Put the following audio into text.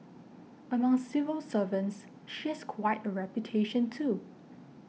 among civil servants she has quite a reputation too